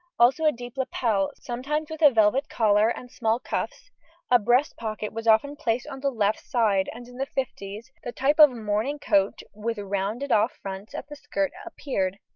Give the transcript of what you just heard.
also a deep lapel, sometimes with a velvet collar, and small cuffs a breast-pocket was often placed on the left side, and in the fifties the type of morning coat with rounded-off fronts at the skirt appeared,